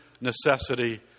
necessity